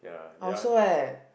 I also leh